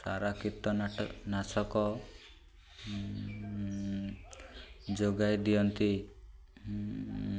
ସାରା କୀଟନାଶକ ଯୋଗାଇ ଦିଅନ୍ତି